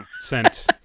sent